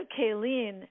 Kayleen